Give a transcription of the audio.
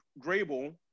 Grable